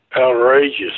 outrageous